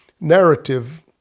narrative